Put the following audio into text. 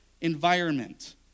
environment